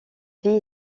vie